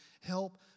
help